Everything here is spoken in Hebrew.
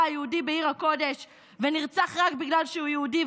היהודי בעיר הקודש ונרצח רק בגלל שהוא יהודי,